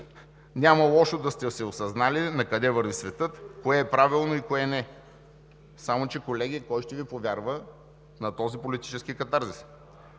Няма лошо да сте се осъзнали накъде върви светът, кое е правилно и кое – не. Само че, колеги, кой ще Ви повярва на този политически катарзис?